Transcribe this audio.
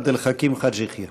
חבר הכנסת עבד אל חכים חאג' יחיא.